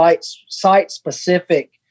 site-specific